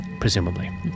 Presumably